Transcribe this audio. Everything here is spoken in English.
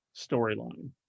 storyline